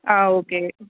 ஆ okay